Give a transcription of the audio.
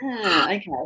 okay